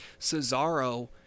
Cesaro